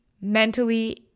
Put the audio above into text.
mentally